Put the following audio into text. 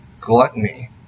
Gluttony